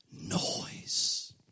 noise